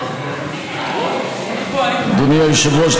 אדוני היושב-ראש,